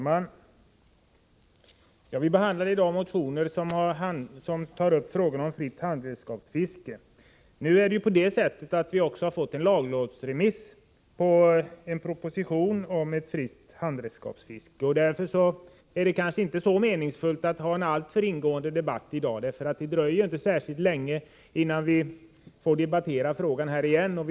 Fru talman! Vi behandlar i dag motioner om fritt handredskapsfiske. Men nu är det så, att den proposition som handlar om fritt handredskapsfiske har remitterats till lagrådet. Därför är det kanske inte särskilt meningsfullt att ha en alltför ingående debatt om detta i dag. Det dröjer inte särskilt länge innan vi får tillfälle att debattera denna fråga återigen här i kammaren.